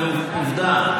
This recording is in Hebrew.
אבל עובדה.